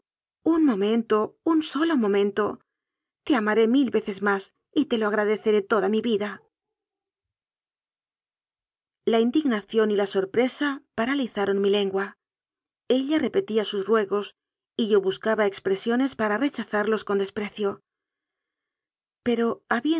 un momento un solo momento te amaré mil veces más y te lo agradeceré toda mi vida la indignación y la sorpresa paralizaron mi lengua ella repetía sus ruegos y yo buscaba ex presiones para rechazarlos con desprecio pero